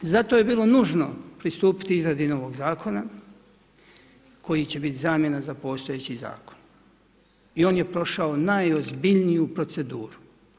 Zato je bilo nužno pristupiti izradi novog zakona koji će biti zamjena za postojeći zakon i on je prošao najozbiljniju proceduru.